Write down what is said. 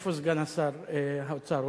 איפה סגן שר האוצר?